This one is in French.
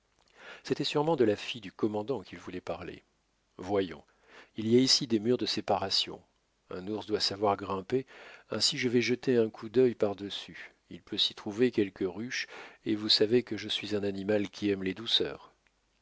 c'était sûrement de la fille du commandant qu'il voulait parler voyons il y a ici des murs de séparation un ours doit savoir grimper ainsi je vais jeter un coup d'œil par-dessus il peut s'y trouver quelque ruche et vous savez que je suis un animal qui aime les douceurs